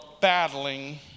battling